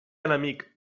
enemic